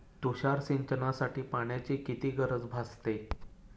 तुषार सिंचनासाठी पाण्याची किती गरज भासते?